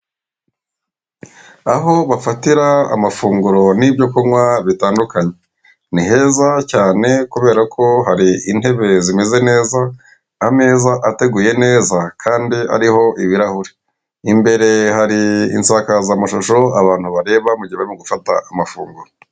Aho bafatira amafunguro n'ibyo kunywa bitandukanye, ni heza cyane! Kubera ko hari intebe zimeze neza, ameza ateguye neza kandi ariho ibirahuri. Imbere hari insakazamashusho abantu bareba igihe bari mu gufata amafunguro.